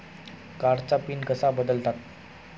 कार्डचा पिन कसा बदलतात?